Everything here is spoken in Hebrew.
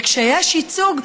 וכשיש ייצוג,